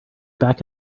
back